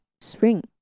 spring